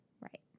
Right